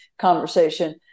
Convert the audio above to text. conversation